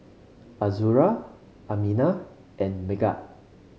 Azura Aminah and Megat